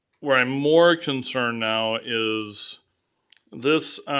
where i'm more concerned now is this